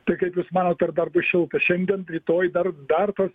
tai kaip jūs manot ar dar bus šilta šiandien rytoj dar dar tos